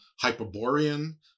Hyperborean